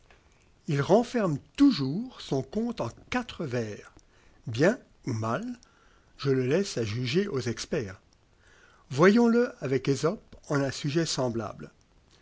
il renferme toujours son conte en quatre vers bien ou mal je le laisse à juger aux experts fables voyons-le avec esope en un sujet semblable